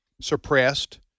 suppressed